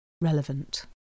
relevant